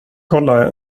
kolla